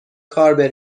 کار